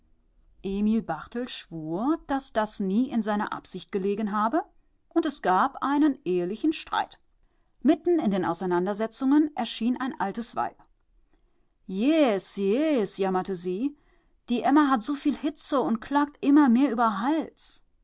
daß das nie in seiner absicht gelegen habe und es gab einen ehelichen streit mitten in den auseinandersetzungen erschien ein altes weib jees jees jammerte es die emma hat su viel hitze und klagt immer mehr